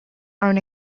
own